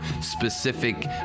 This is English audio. specific